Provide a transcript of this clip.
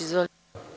Izvolite.